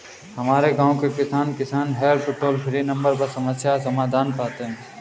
हमारे गांव के किसान, किसान हेल्प टोल फ्री नंबर पर समस्या का समाधान पाते हैं